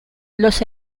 los